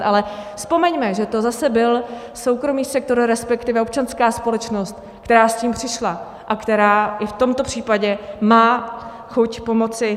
Ale vzpomeňme, že to zase byl soukromý sektor, respektive občanská společnost, která s tím přišla a která i v tomto případě má chuť pomoci.